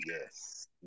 yes